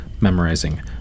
memorizing